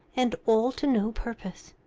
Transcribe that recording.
and all to no purpose.